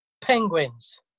Penguins